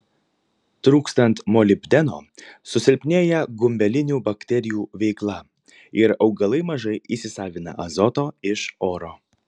trūkstant molibdeno susilpnėja gumbelinių bakterijų veikla ir augalai mažai įsisavina azoto iš oro